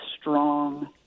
strong